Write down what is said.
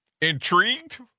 intrigued